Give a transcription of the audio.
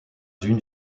une